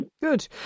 Good